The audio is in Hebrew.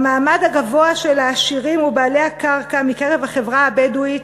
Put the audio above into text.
המעמד הגבוה של העשירים ובעלי הקרקע מקרב החברה הבדואית,